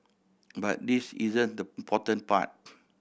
but this isn't the important part